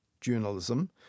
journalism